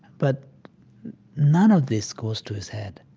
but none of this goes to his head.